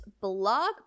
blog